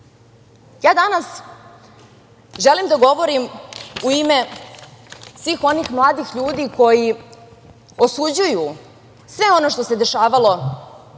Ja danas želim da govorim u ime svih onih mladih ljudi koji osuđuju sve ono što se dešavalo u